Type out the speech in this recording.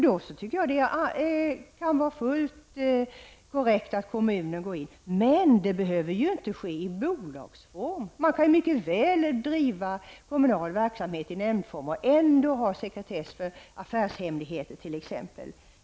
Då kan det vara fullt korrekt att kommunerna går in -- men det behöver inte ske i bolagsform. Man kan mycket väl driva kommunal verksamhet i nämndform och ändå ha sekretess för t.ex.